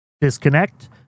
disconnect